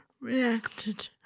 reacted